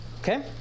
Okay